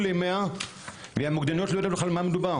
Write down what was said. ל-100 והמוקדניות לא ידעו בכלל על מה מדובר,